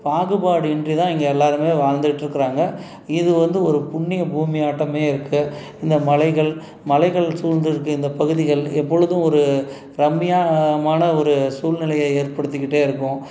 பாகுபாடின்றி தான் இங்கே எல்லாருமே வாழ்ந்துகிட்ருக்கறாங்க இது வந்து ஒரு புண்ணிய பூமியாட்டமே இருக்குது இந்த மலைகள் மலைகள் சூழ்ந்திருக்க இந்த பகுதிகள் எப்பொழுதும் ஒரு ரம்மியமான ஒரு சூழ்நிலையை ஏற்படுத்திக்கிட்டே இருக்கும்